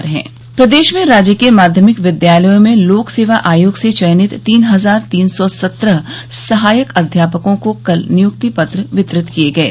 औ औ औ औ औ औ औ औ औ औ प्रदेश में राजकीय माध्यमिक विद्यालयों में लोक सेवा आयोग से चयनित तीन हजार तीन सौ सत्रह सहायक अध्यापकों को कल नियुक्ति पत्र वितरित किये गये